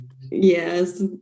yes